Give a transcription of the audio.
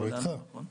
אנחנו איתך.